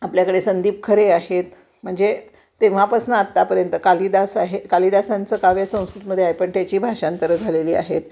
आपल्याकडे संदीप खरे आहेत म्हणजे तेव्हापासून आत्तापर्यंत कालिदास आहे कालिदासांचं काव्य संस्कृतमध्ये आहे पण त्याची भाषांतरं झालेली आहेत